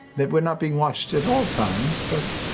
that we're not being watched at all times, but